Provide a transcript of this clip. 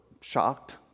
shocked